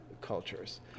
cultures